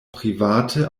private